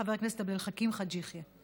חבר הכנסת עבד אל חכים חאג' יחיא.